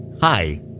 Hi